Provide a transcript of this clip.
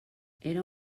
era